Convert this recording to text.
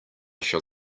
shall